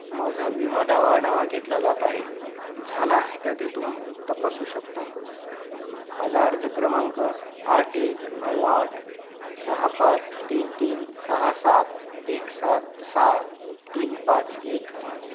माझा विमा दावा आढावा घेतला जात आहे झाला आहे का ते तुम्ही तपासू शकता माझा अर्ज क्रमांक आठ एक नऊ आठ सहा पाच तीन तीन सहा सात एक सात सात तीन पाच एक आहे